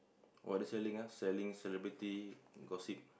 what they selling ah selling celebrity gossip